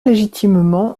légitimement